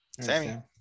Sammy